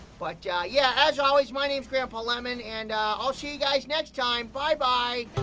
but yeah yeah, as always, my name's grandpa lemon and i'll see you guys next time. bye-bye!